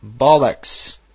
Bollocks